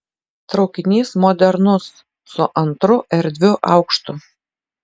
traukinys modernus su antru erdviu aukštu